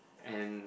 and